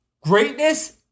Greatness